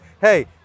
hey